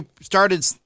started